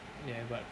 ya but